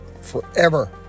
forever